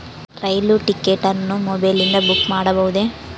ರೈಲು ticket ಅನ್ನು ಮೊಬೈಲಿಂದ book ಮಾಡಬಹುದೆ?